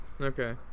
okay